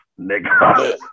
nigga